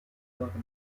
pouvoirs